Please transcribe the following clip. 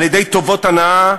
על-ידי טובות הנאה,